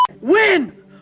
Win